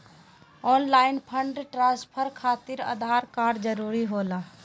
Online fund transfer खातिर Aadhaar card जरूरी होला?